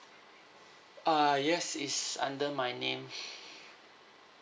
uh yes it's under my name